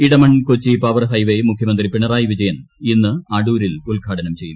Edamon Kochi power highway മുഖ്യമന്ത്രി പിണറായി ന് വിജയൻ ഇന്ന് അടൂരിൽ ഉദ്ഘാടനം ചെയ്യും